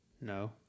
No